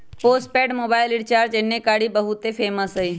postpaid mobile recharge एन्ने कारि बहुते फेमस हई